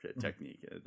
technique